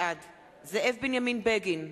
בעד זאב בנימין בגין,